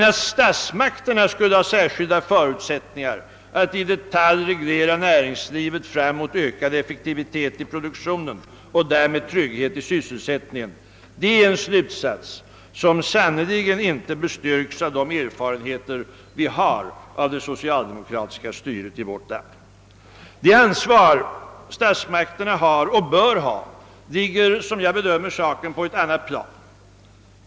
Att statsmakterna skulle ha särskilda förutsättningar att i detalj reglera näringslivet fram mot ökad effektivitet i produktionen och därmed trygghet i sysselsättningen är däremot en slutsats som sannerligen inte bestyrks av de erfarenheter vi har av det socialdemokratiska styret i vårt land. Det ansvar statsmakterna har och bör ha ligger, som jag bedömer saken, på ett annat plan.